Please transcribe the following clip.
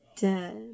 dead